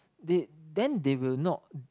they then they will not